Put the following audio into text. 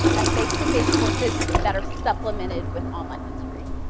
and face to face courses that are supplemented with online material.